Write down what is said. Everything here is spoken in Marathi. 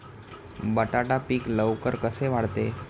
बटाटा पीक लवकर कसे वाढते?